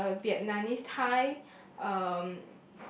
uh Vietnamese Thai um